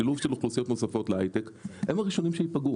שילוב של אוכלוסיות נוספות להיי-טק והם הראשונים שייפגעו